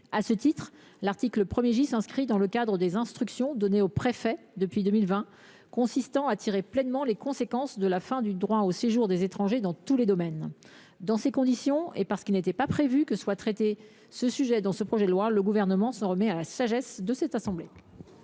À ce titre, il s’inscrit dans le cadre des instructions données aux préfets depuis 2020, dont l’objet est de tirer pleinement les conséquences de la fin du droit au séjour des étrangers dans tous les domaines. Dans ces conditions, et parce qu’il n’était pas prévu que ce sujet soit traité dans ce projet de loi, le Gouvernement s’en remet à la sagesse du Sénat. La parole